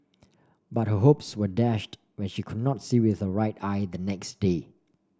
but her hopes were dashed when she could not see with her right eye the next day